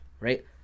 right